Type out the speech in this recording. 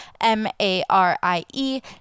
M-A-R-I-E